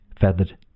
feathered